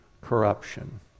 corruption